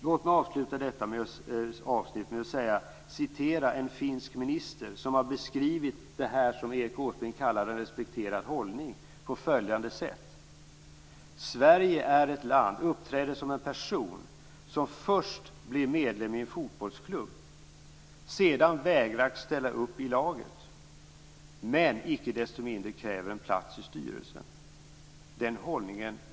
Låt mig avsluta detta avsnitt med att referera en finsk minister som har beskrivit det Erik Åsbrink kallar "en respekterad hållning" på följande sätt: Sverige uppträder som en person som först blir medlem av en fotbollsklubb, sedan vägrar ställa upp i laget, men icke desto mindre kräver en plats i styrelsen.